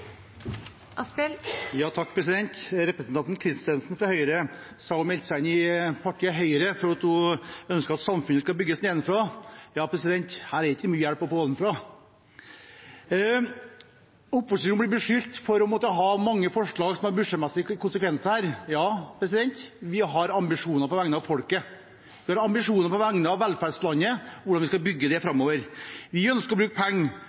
Representanten Kristensen fra Høyre sa at hun meldte seg inn i partiet Høyre fordi hun ønsket at samfunnet skulle bygges nedenfra – her er det ikke mye hjelp å få ovenfra. Opposisjonen blir beskyldt for å måtte ha mange forslag som får budsjettmessige konsekvenser. Ja, vi har ambisjoner på vegne av folket. Vi har ambisjoner på vegne av velferdssamfunnet og hvordan vi skal bygge det framover. Vi ønsker å bruke penger